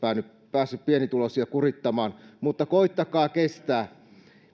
päässyt pienituloisia kurittamaan mutta koettakaa kestää